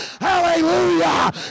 Hallelujah